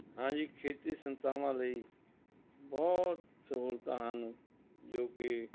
ਹਾਂਜੀ ਖੇਤੀ ਸੰਸਥਾਵਾਂ ਲਈ ਬਹੁਤ ਸਹੂਲਤਾਂ ਹਨ ਜੋ ਕਿ